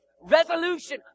resolution